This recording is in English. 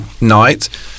night